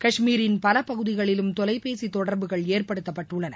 காஷ்மீரின் பலபகுதிகளில் தொலைபேசி தொடர்புகள் ஏற்படுத்தப்பட்டுள்ளன